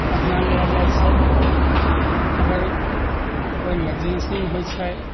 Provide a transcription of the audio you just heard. बढ़िआँ लए जाइत छै अगर कोइ मरजेंसीमे होइत छै